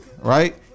right